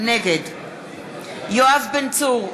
נגד יואב בן צור,